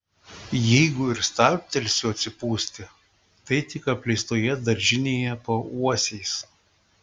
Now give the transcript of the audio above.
jeigu ir stabtelsiu atsipūsti tai tik apleistoje daržinėje po uosiais